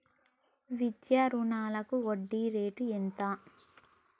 విద్యా రుణాలకు వడ్డీ రేటు ఎంత?